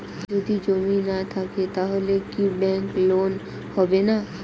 যদি জমি না থাকে তাহলে কি ব্যাংক লোন হবে না?